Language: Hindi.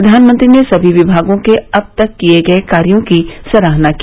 प्रधानमंत्री ने सभी विभागों के अब तक किए गए कार्यों की सराहना की